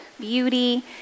beauty